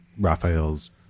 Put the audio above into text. Raphael's